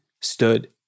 stood